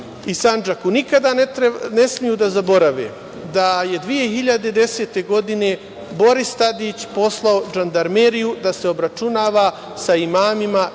i Sandžaku nikada ne smeju da zaborave da je 2010. godine Boris Tadić poslao žandarmeriju da se obračunava sa imamima